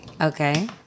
Okay